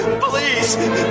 please